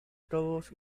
todos